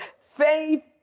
Faith